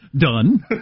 Done